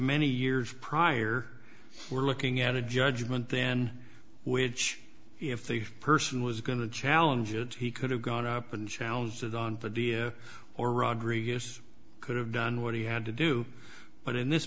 many years prior we're looking at a judgment then which if the person was going to challenge it he could have gone up and challenge to the nvidia or rodriguez could have done what he had to do but in this